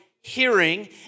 hearing